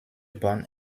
bahn